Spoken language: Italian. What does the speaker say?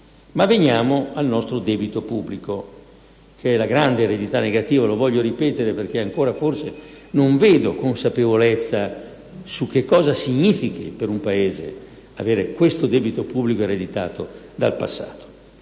Ma veniamo al nostro debito pubblico, che è la grande eredità negativa, lo voglio ripetere, perché ancora non vedo consapevolezza di che cosa significhi per un Paese avere questo debito pubblico ereditato dal passato.